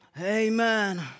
Amen